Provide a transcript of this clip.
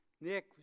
Nick